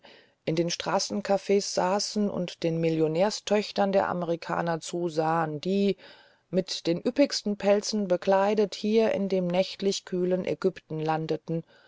in den straßencafs saßen und den millionärstöchtern der amerikaner zusahen die mit den üppigsten pelzen bekleidet hier in dem nächtlich kühlen ägypten landeten